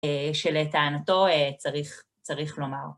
שלטענתו צריך לומר.